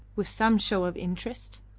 with some show of interest.